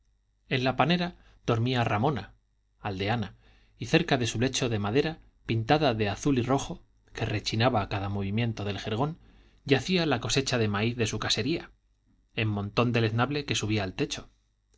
en la panera dormía ramona aldeana y cerca de su lecho de madera pintada de azul y rojo que rechinaba a cada movimiento del jergón yacía la cosecha de maíz de su casería en montón deleznable que subía al techo